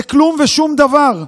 זה כלום ושום דבר.